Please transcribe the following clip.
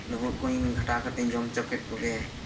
ᱞᱩᱵᱩᱜ ᱠᱚ ᱜᱷᱟᱴᱟ ᱠᱟᱛᱮᱫ ᱤᱧ ᱡᱚᱢ ᱦᱚᱪᱚ ᱠᱮᱫ ᱠᱚᱜᱮ